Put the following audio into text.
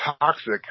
toxic